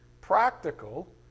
practical